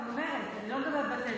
אני אומרת, אני לא מדברת בטלפון.